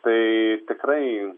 tai tikrai